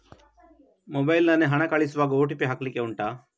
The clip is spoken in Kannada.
ಮೊಬೈಲ್ ನಲ್ಲಿ ಹಣ ಕಳಿಸುವಾಗ ಓ.ಟಿ.ಪಿ ಹಾಕ್ಲಿಕ್ಕೆ ಉಂಟಾ